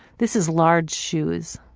this is large shoes